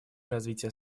развития